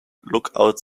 lookout